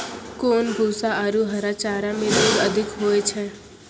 कोन भूसा आरु हरा चारा मे दूध अधिक होय छै?